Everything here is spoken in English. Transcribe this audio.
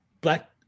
black